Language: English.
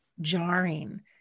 jarring